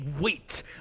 wait